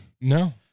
No